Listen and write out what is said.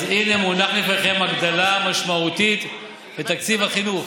אז הינה מונחת לפניכם הגדלה משמעותית בתקציב החינוך,